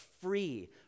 free